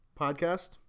Podcast